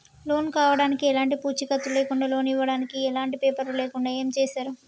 Loan కావడానికి ఎలాంటి పూచీకత్తు లేకుండా లోన్ ఇవ్వడానికి ఎలాంటి పేపర్లు లేకుండా ఏం చేస్తారు?